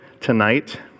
tonight